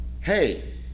hey